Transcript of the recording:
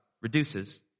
reduces